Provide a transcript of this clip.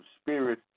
spirit